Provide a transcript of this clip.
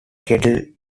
cattle